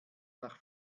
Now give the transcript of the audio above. nach